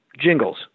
jingles